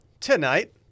tonight